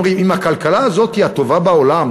אומרים: אם הכלכלה הזאת היא הטובה בעולם,